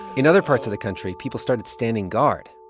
in other parts of the country, people started standing guard.